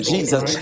Jesus